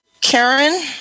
Karen